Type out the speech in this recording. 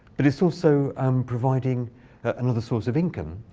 but it's also um providing another source of income,